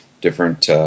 different